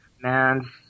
man